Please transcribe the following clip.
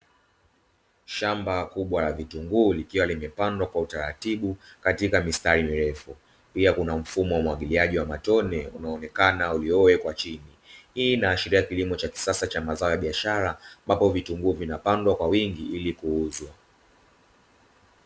Shamba kubwa la vitunguu, likiwa limepandwa kwa utaratibu katika mistari mirefu, pia kuna mfumo wa umwagiliaji wa matone unaoonekana uliowekwa chini. Hii inaashiria kilimo cha kisasa cha mazao ya biashara, ambapo vitunguu vinapandwa kwa wingi ili kuuzwa.